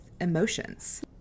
emotions